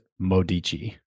Modici